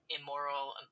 immoral